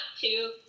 two